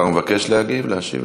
השר מבקש להשיב?